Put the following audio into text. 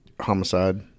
homicide